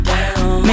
Down